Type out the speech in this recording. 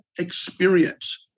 experience